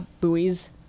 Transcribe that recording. buoys